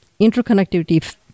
interconnectivity